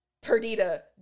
Perdita